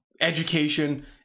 education